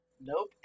nope